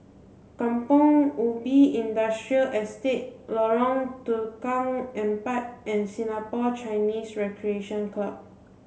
Kampong Ubi Industrial Estate Lorong Tukang Empat and Singapore Chinese Recreation Club